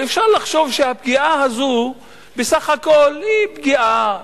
ואפשר לחשוב שהפגיעה הזאת בסך הכול היא פגיעה,